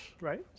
Right